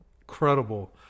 incredible